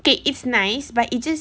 K it's nice but it just